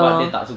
orh